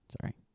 Sorry